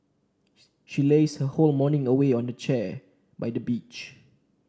she lazed her whole morning away on a deck chair by the beach